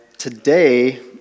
Today